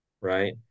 right